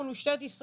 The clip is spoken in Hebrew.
מול משטרת ישראל,